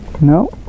no